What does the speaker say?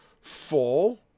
full